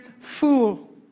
Fool